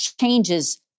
changes